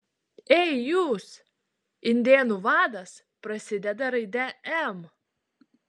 ei jūs indėnų vadas prasideda raide m